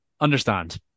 understand